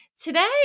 today